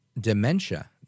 dementia